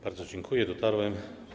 Bardzo dziękuję, dotarłem.